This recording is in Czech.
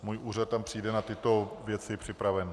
Můj úřad přijde na tyto věci připraven.